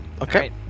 Okay